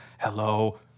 hello